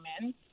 men